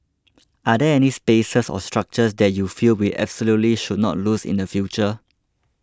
are there any spaces or structures that you feel we absolutely should not lose in the future